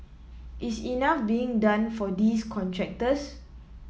is enough being done for these contractors